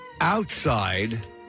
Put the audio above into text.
outside